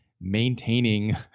maintaining